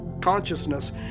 consciousness